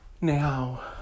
Now